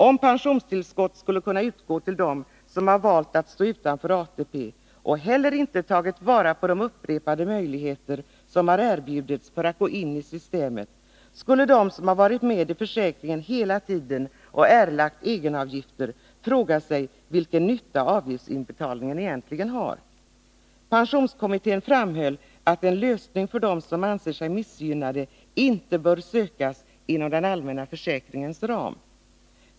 Om pensionstillskott skulle kunna utgå till dem som har valt att stå utanför ATP och heller inte tagit vara på de upprepade möjligheter som har erbjudits att gå in i systemet, skulle de som hela tiden har varit med i försäkringen och erlagt egenavgifter fråga sig vilken nytta avgiftsinbetalningen egentligen har. Pensionskommittén framhöll att en lösning för dem som anser sig missgynnade inte bör sökas inom den allmänna försäkringens ram.